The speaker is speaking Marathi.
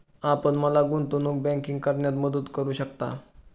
आपण मला गुंतवणूक बँकिंग करण्यात मदत करू शकता?